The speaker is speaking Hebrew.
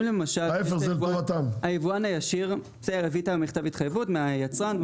אם היבואן הישיר הביא את מכתב ההתחייבות מהיצרן,